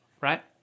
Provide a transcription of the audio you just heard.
right